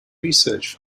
research